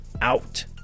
out